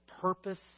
purpose